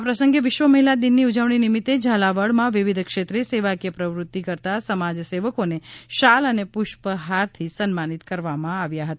આ પ્રસંગે વિશ્વ મહિલા દિન ઉજવણી નિમિ ત્તે ઝાલાવાડમાં વિવિધ ક્ષેત્રે સેવાકીય પ્રવૃત્તિ કરતા સમાજ સેવકોને શાલ અને પુષ્પ હારથી સન્માનિત કરવામાં આવ્યા હતા